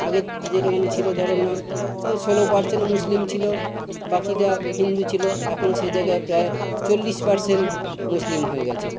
আগে যেরকম ছিলো ধরো না ওই ষোলো পারসেন্ট মুসলিম ছিলো বাকিরা হিন্দু ছিলো এখন সে জায়গায় প্রায় চল্লিশ পার্সেন্ট মুসলিম হয়ে গেছে